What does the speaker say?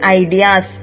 ideas